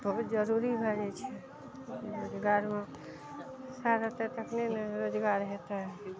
बहुत जरूरी भए जाइ छै रोजगारमे पैसा रहतय तखने ने रोजगार हेतय